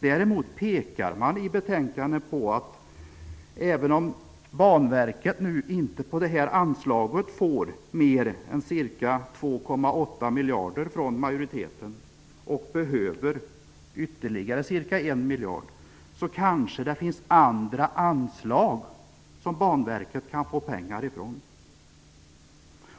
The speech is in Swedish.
Däremot pekas det i betänkandet på att även om Banverket inte får mer än ca 2,8 miljader genom anslaget från majoriteten -- man skulle behöva ytterligare ca 1 miljard -- finns det kanske andra anslag som Banverket kan få pengar ifrån.